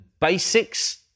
basics